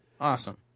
Awesome